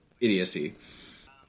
idiocy